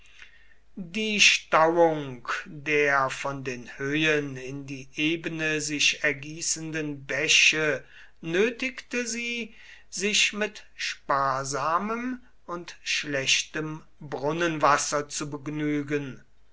die stauung der von den höhen in die ebene sich ergießenden bäche nötigte sie sich mit sparsamem und schlechtem brunnenwasser zu begnügen